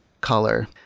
color